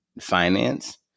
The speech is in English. finance